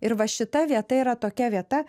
ir va šita vieta yra tokia vieta